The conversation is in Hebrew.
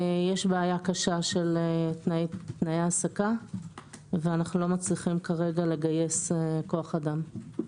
יש בעיה קשה של תנאי העסקה ואנחנו לא מצליחים כרגע לגייס כוח אדם.